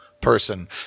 Person